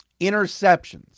Interceptions